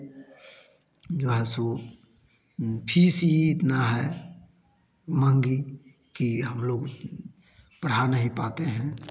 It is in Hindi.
फीस ही इतना है महँगी कि हम लोग पढ़ा नहीं पाते हैं